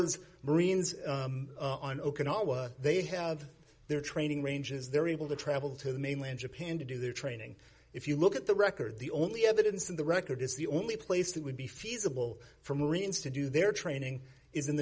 as marines on okinawa they have their training ranges their evil to travel to the mainland japan to do their training if you look at the record the only evidence in the record is the only place that would be feasible for marines to do their training is in the